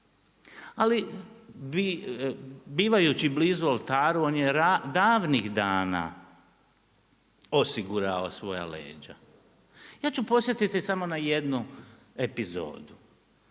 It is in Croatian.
Ali, bivajući blizu oltari, on je glavnih dana osigurao svoja leđa. Ja ću podsjetiti samo na jednu epizodu.